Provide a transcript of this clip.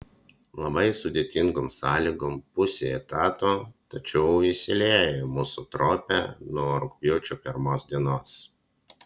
labai sudėtingom sąlygom pusei etato tačiau įsilieja į mūsų trupę nuo rugpjūčio pirmos dienos